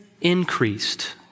increased